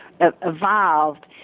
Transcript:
evolved